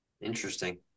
Interesting